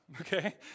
okay